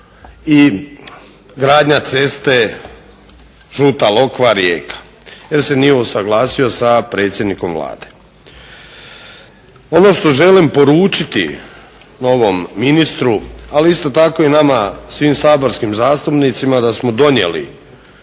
i gradnja ceste Žuta lokva-Rijeka jer se nije usuglasio sa predsjednikom Vlade. Ono što želim poručiti novom ministru, ali isto tako i nama svim saborskim zastupnicima da smo donijeli